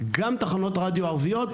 גם תחנות הרדיו הערביות,